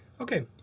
Okay